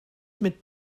mit